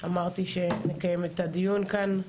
אמרתי שנקיים את הדיון כאן,